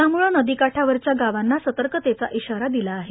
याम्ळे नदीकाठावरच्या गावांना सतर्कतेचा इशारा दिला आहे